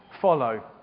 follow